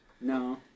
No